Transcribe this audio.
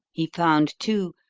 he found, too,